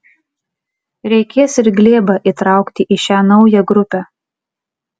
reikės ir glėbą įtraukti į šią naują grupę